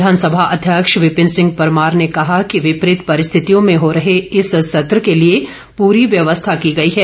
विधानसभा अध्यक्ष विपिन सिंह परमार ने कहा कि विपरीत परिस्थितियों में हो रहे इस सत्र के लिए पूरी व्यवस्था की गई है